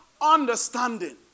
understanding